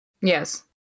Yes